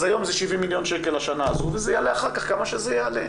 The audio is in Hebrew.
אז היום זה 70 מיליון שקל לשנה הזו וזה יעלה אחר כך כמה שזה יעלה.